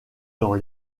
dans